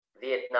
Vietnam